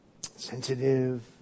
sensitive